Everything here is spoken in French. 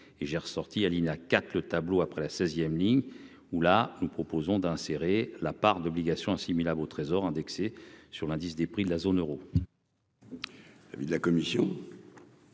et j'ai ressorti à INA quatre le tableau après la 16ème ligne où là nous proposons d'insérer la part d'obligations assimilables au Trésor indexés sur l'indice des prix de la zone Euro.